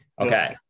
Okay